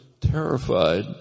terrified –